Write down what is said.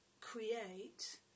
create